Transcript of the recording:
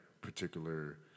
particular